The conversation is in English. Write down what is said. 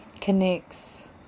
connects